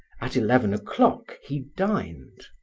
at eleven o'clock he dined.